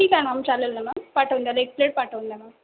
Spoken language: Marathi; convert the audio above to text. ठीक आहे मॅम चालेल ना मॅम पाठवून द्याल एक प्लेट पाठवून द्या मॅम